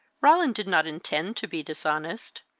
roland did not intend to be dishonest.